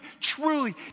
truly